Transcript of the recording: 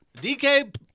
DK